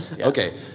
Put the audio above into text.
Okay